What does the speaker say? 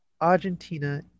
Argentina